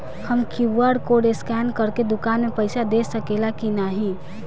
हम QR code scan करके दुकान में पईसा दे सकेला की नाहीं?